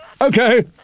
Okay